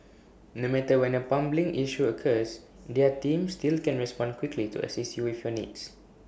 no matter when A plumbing issue occurs their team still can respond quickly to assist you with your needs